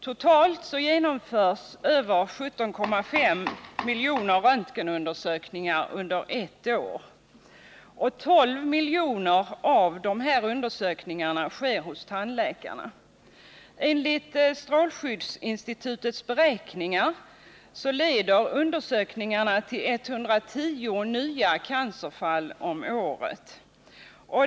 Totalt genomförs över 17,5 miljoner röntgenundersökningar under ett år. 12 miljoner av dessa undersökningar sker hos tandläkarna. Enligt strålskyddsinstitutets beräkningar leder dessa röntgenundersökningar till 110 nya cancerfall om året.